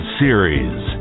series